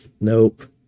Nope